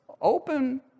open